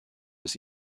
his